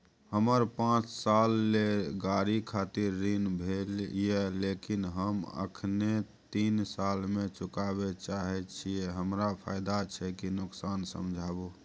हमर पाँच साल ले गाड़ी खातिर ऋण भेल ये लेकिन हम अखने तीन साल में चुकाबे चाहे छियै हमरा फायदा छै की नुकसान समझाबू?